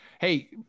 Hey